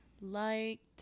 liked